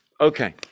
Okay